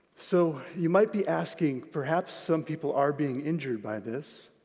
so you might be asking, perhaps some people are being injured by this,